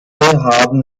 haben